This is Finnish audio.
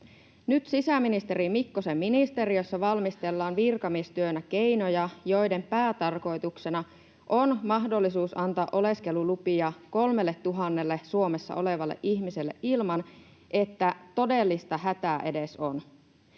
Nyt sisäministeri Mikkosen ministeriössä valmistellaan virkamiestyönä keinoja, joiden päätarkoituksena on mahdollisuus antaa oleskelulupia 3 000:lle Suomessa olevalle ihmiselle, ilman että todellista hätää edes on.